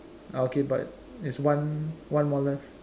oh okay but it's one one more left